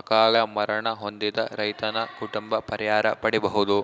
ಅಕಾಲ ಮರಣ ಹೊಂದಿದ ರೈತನ ಕುಟುಂಬ ಪರಿಹಾರ ಪಡಿಬಹುದು?